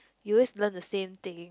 you always learn the same thing